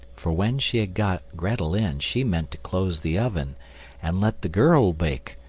for when she had got grettel in she meant to close the oven and let the girl bake,